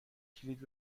کلید